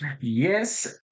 yes